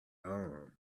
arm